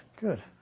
Good